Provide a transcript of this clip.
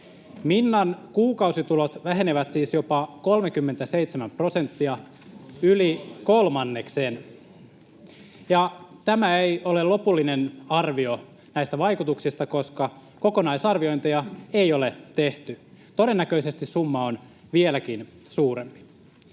Minnan kuukausitulot vähenevät siis jopa 37 prosenttia, yli kolmanneksen, ja tämä ei ole lopullinen arvio näistä vaikutuksista, koska kokonaisarviointeja ei ole tehty. Todennäköisesti summa on vieläkin suurempi.